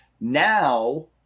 now